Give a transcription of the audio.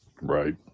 Right